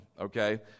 okay